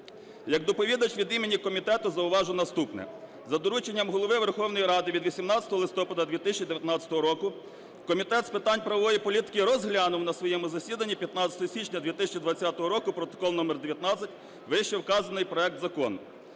Як доповідач від імені комітету зауважу наступне. За дорученням Голови Верховної Ради від 18 листопада 2019 року Комітет з питань правової політики розглянув на своєму засіданні 15 січня 2020 року (протокол №19) вищевказаний проект закону.